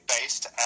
based